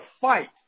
fight